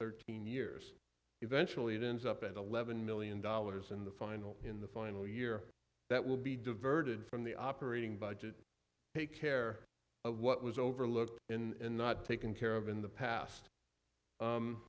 thirteen years eventually it ends up at eleven million dollars in the final in the final year that will be diverted from the operating budget take care of what was overlooked in not taken care of in the past